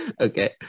Okay